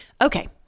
Okay